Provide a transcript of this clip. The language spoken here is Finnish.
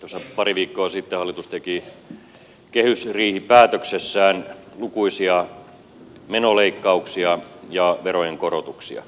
tuossa pari viikkoa sitten hallitus teki kehysriihipäätöksessään lukuisia menoleikkauksia ja verojen korotuksia